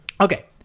Okay